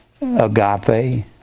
Agape